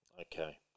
Okay